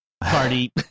party